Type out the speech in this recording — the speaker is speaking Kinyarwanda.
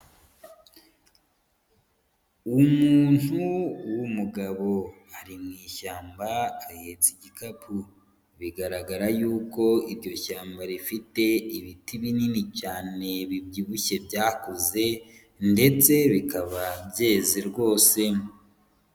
Umuntu w'umugabo ari mu ishyamba ahetse igikapu. Bigaragara yuko iryo shyamba rifite ibiti binini cyane bibyibushye byakuze ndetse bikaba byeze rwose.